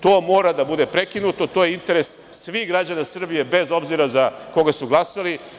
To mora da bude prekinuto, to je interes svih građana Srbije, bez obzira za koga su glasali.